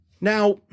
Now